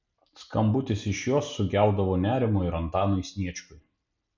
skambutis iš jos sukeldavo nerimo ir antanui sniečkui